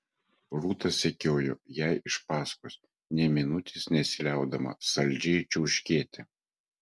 rūta sekiojo jai iš paskos nė minutės nesiliaudama saldžiai čiauškėti